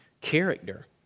character